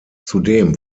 zudem